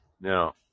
Now